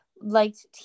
liked